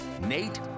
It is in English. Nate